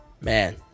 Man